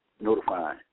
notify